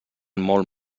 molt